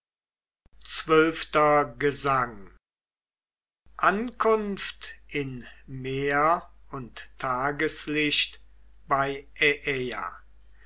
xii gesang ankunft in meer und tageslicht bei aiaia